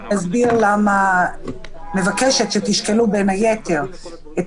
אני אסביר מדוע אני מבקשת שתשקלו בין היתר את